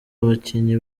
bakinnyi